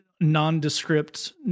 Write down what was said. nondescript